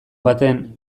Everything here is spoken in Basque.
baten